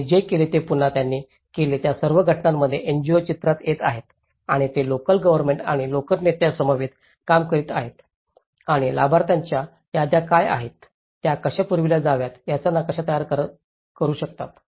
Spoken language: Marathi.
त्यांनी जे केले ते पुन्हा त्यांनी केले त्या सर्व घटनांमध्ये एनजीओ चित्रात येत आहेत आणि ते लोकल गव्हर्नमेंट आणि लोकल नेत्यांसमवेत काम करत आहेत आणि लाभार्थ्यांच्या याद्या काय आहेत त्या कशा पुरविल्या जाव्यात याचा नकाशा तयार करू शकतात